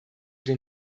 den